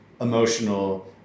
emotional